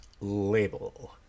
label